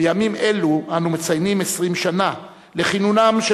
בימים אלו אנו מציינים 20 שנה לכינונם של